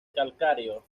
calcáreo